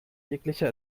jeglicher